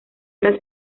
era